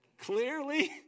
Clearly